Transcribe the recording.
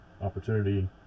opportunity